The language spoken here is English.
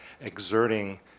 exerting